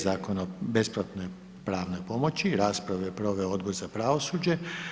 Zakona o besplatnoj pravnoj pomoći, raspravu je proveo Odbor za pravosuđe.